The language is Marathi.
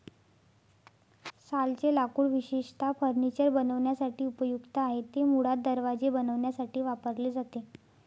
सालचे लाकूड विशेषतः फर्निचर बनवण्यासाठी उपयुक्त आहे, ते मुळात दरवाजे बनवण्यासाठी वापरले जाते